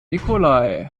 nikolai